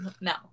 no